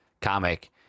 comic